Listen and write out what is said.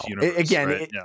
again